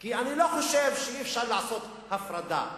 כי אני חושב שאי-אפשר לעשות הפרדה.